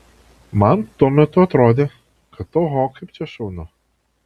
man tuo metu atrodė kad oho kaip čia šaunu